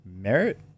merit